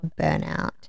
burnout